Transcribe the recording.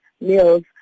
meals